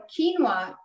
quinoa